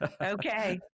Okay